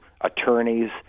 attorneys